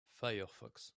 firefox